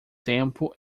tempo